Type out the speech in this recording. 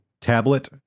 tablet